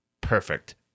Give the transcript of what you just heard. perfect